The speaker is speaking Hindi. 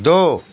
दो